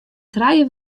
trije